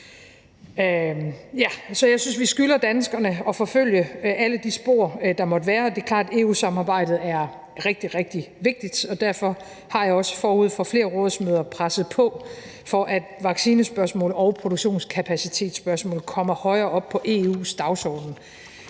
jeg synes, vi skylder danskerne at forfølge alle de spor, der måtte være. Det er klart, at EU-samarbejdet er rigtig, rigtig vigtigt, og derfor har jeg også forud for flere rådsmøder presset på, for at vaccinespørgsmål og produktionskapacitetsspørgsmål kommer højere på EU's dagsorden.